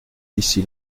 d’ici